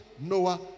Noah